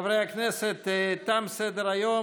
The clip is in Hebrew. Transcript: חברי הכנסת, תם סדר-היום.